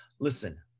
listen